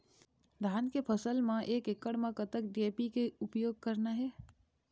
धान के फसल म एक एकड़ म कतक डी.ए.पी के उपयोग करना हे?